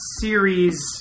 series